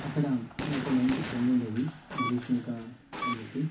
అక్కడ నాకో మంచి ఫ్రెండ్ ఉండేది గ్రీష్మిక అని చెప్పి